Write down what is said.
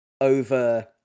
over